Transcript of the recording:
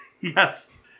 Yes